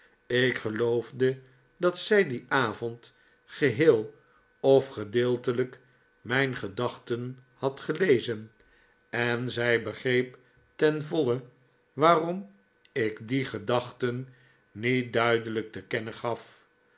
ik geloofde dat zij dien avond geheel of gedeeltelijk mijn gedachten had gelezen en zij begreep ten voile waarom ik die gedachten niet duidelijk te kennen gaf